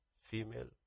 female